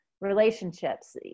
relationships